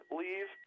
leave